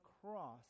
cross